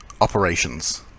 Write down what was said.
operations